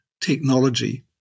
technology